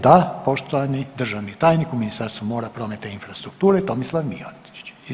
Da, poštovani državni tajnik u Ministarstvu mora, prometa i infrastrukture Tomislav Mihotić.